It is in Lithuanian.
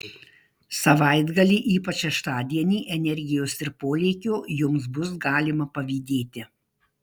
savaitgalį ypač šeštadienį energijos ir polėkio jums bus galima pavydėti